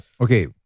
Okay